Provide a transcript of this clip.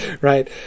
right